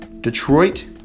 Detroit